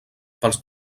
pels